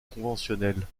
conventionnelles